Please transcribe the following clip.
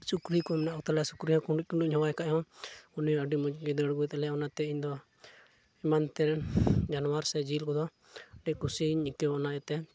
ᱥᱩᱠᱨᱤ ᱠᱚ ᱢᱮᱱᱟᱜ ᱠᱚᱛᱟ ᱞᱮᱭᱟ ᱥᱩᱠᱨᱤ ᱠᱩᱱᱩᱜ ᱠᱩᱱᱩᱜ ᱤᱧ ᱦᱚᱦᱚᱣᱟᱭ ᱠᱷᱟᱡ ᱦᱚᱸ ᱩᱱᱤ ᱟᱹᱰᱤ ᱢᱚᱡᱽ ᱫᱟᱹᱲ ᱟᱹᱜᱩ ᱛᱟᱞᱮᱭᱟᱭ ᱚᱱᱟᱛᱮ ᱤᱧᱫᱚ ᱮᱢᱟᱱᱛᱮᱭᱟᱱ ᱡᱟᱱᱣᱟᱨ ᱥᱮ ᱡᱤᱭᱟᱹᱞᱤ ᱠᱚᱫᱚ ᱟᱹᱰᱤ ᱠᱩᱥᱤᱧ ᱟᱹᱭᱠᱟᱹᱣᱟ ᱚᱱᱟᱛᱮ